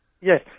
Yes